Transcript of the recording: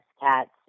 cats